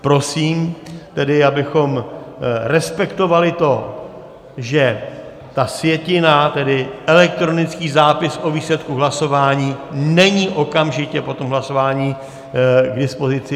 Prosím tedy, abychom respektovali to, že ta sjetina, tedy elektronický zápis o výsledku hlasování, není okamžitě po hlasování k dispozici.